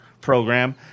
Program